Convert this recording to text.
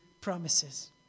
promises